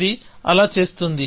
ఇది అలా చేస్తోంది